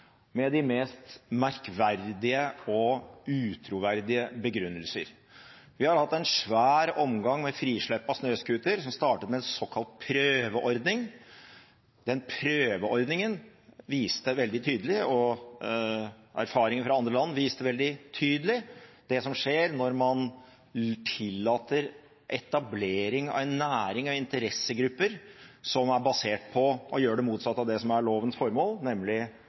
med de mest merkverdige og utroverdige begrunnelser. Vi har hatt en svær omgang med frislipp av snøscootere, som startet med en såkalt prøveordning. Den prøveordningen viste veldig tydelig, og erfaringene fra andre land viser veldig tydelig, hva som skjer når man tillater etablering av en næring av interessegrupper som er basert på å gjøre det motsatte av det som er lovens formål, nemlig